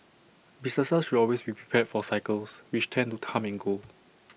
businesses should always be prepared for cycles which tend to come and go